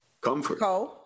Comfort